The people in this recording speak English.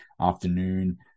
afternoon